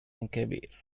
كبير